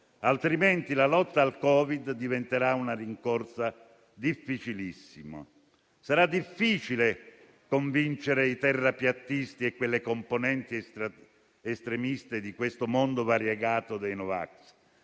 altrimenti, la lotta al Covid-19 diventerà una rincorsa difficilissima. Sarà difficile convincere i terrapiattisti e quelle componenti estremiste di questo mondo variegato dei no vax.